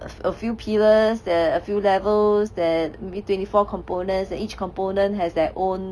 a a few pillars that a few levels that maybe twenty four components and each component has their own